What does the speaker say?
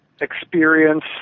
experience